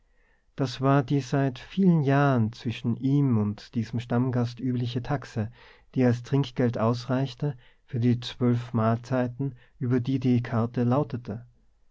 das war die seit vielen jahren zwischen ihm und diesem stammgast übliche taxe die als trinkgeld ausreichte für die zwölf mahlzeiten über die die karte lautete